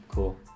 cool